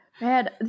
Man